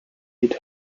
pit